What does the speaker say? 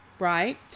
Right